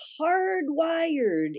hardwired